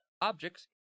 objects